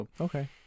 Okay